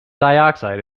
dioxide